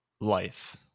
life